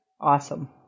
Awesome